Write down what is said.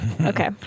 Okay